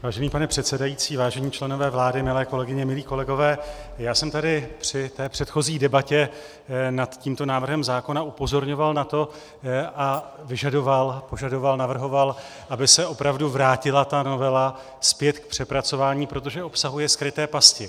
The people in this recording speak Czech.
Vážený pane předsedající, vážení členové vlády, milé kolegyně, milí kolegové, já jsem tady při předchozí debatě nad tímto návrhem zákona upozorňoval na to a vyžadoval, požadoval, navrhoval, aby se ta novela opravdu vrátila zpět k přepracování, protože obsahuje skryté pasti.